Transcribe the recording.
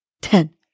ten